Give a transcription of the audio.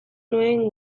nuen